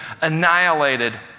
annihilated